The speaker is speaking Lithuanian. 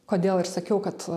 kodėl ir sakiau kad